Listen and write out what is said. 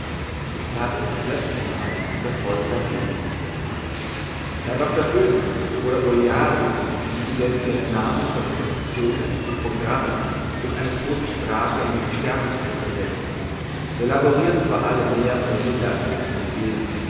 ich that es das leztemal unter folgender rede herr doktor oehlmann oder olearius wie sie denn ihren namen vor dissertationen und programmen durch eine todte sprache in die unsterblichkeit übersetzen wir laboriren zwar alle mehr oder minder an fixen ideen